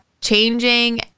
changing